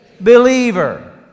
believer